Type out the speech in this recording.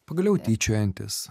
pagaliau tyčiojantis